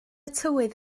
tywydd